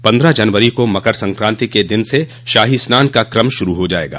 पन्द्रह जनवरी को मकर संकाति के दिन से शाही स्नान का कम शुरू हो जायेगा